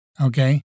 okay